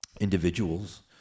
individuals